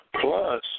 Plus